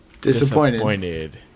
disappointed